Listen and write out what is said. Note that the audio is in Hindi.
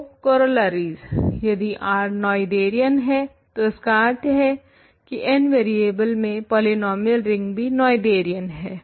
तो कोरोलरीज यदि R नोएथेरियन है तो इसका अर्थ है की n वरियेबल में पोलिनोमियल रिंग भी नोएथेरियन है